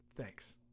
Thanks